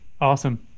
Awesome